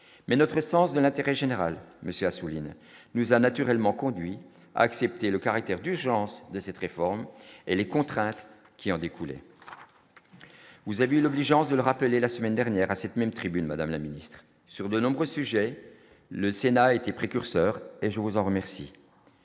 mais notre sens de l'intérêt général, monsieur Assouline nous a naturellement conduit accepter le caractère d'urgence de cette réforme et les contraintes qui en découlent et vous avez l'obligeance de le rappeler, la semaine dernière à cette même tribune, Madame la Ministre, sur de nombreux sujets, le Sénat a été précurseur et je vous en remercie,